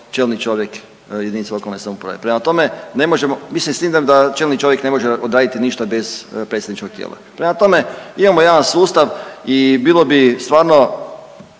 čelni čovjek jedinice lokalne samouprave. Prema tome, ne možemo, mislim s tim da čelni čovjek ne može odraditi ništa bez predstavničkog tijela. Prema tome, imamo jedan sustav i bilo bi stvarno